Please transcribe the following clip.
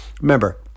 remember